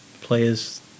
players